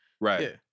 Right